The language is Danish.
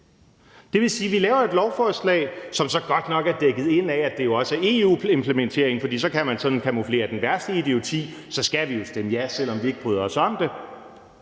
Det vil sige, at man laver et lovforslag, som så godt nok er dækket ind af, at det jo også er en EU-implementering, for så kan man camouflere den værste idioti, og så skal man jo stemme ja, selv om man ikke bryder sig om det,